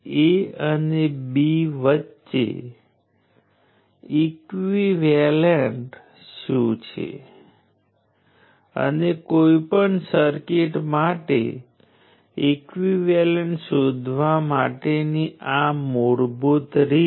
જો તમે બીજા કે ચોથા ક્વોડ્રન્ટમાં હોવ તો એલિમેન્ટ્સ પાવર પ્રદાન કરે છે તેથી તે એક્ટિવ છે જો તે બીજા કે ચોથા ક્વોડ્રન્ટમાં કાર્યરત હોય